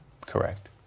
Correct